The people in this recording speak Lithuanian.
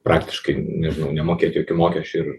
praktiškai nežinau nemokėt jokių mokesčių ir